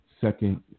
second